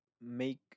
make